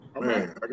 man